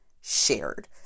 shared